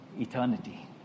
eternity